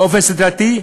באופן סדרתי,